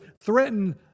threaten